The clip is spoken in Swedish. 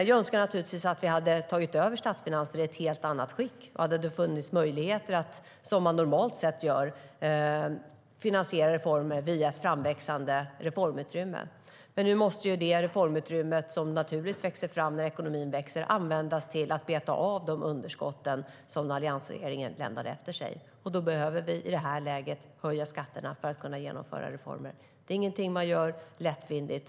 Jag önskar naturligtvis att vi hade tagit över statsfinanser i ett helt annat skick och att det hade funnits möjligheter att, som man normalt sett gör, finansiera reformer via ett framväxande reformutrymme. Nu måste det reformutrymme som naturligt växer fram när ekonomin växer användas till att beta av de underskott som alliansregeringen lämnade efter sig. Då behöver vi i det här läget höja skatterna för att kunna genomföra reformer. Det är ingenting man gör lättvindigt.